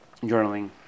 Journaling